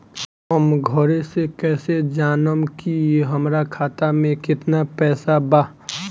हम घरे से कैसे जानम की हमरा खाता मे केतना पैसा बा?